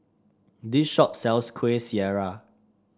this shop sells Kueh Syara